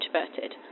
introverted